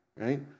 right